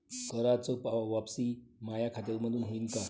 कराच वापसी माया खात्यामंधून होईन का?